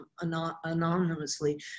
anonymously